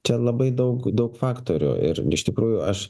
čia labai daug daug faktorių ir iš tikrųjų aš